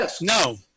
No